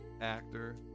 actor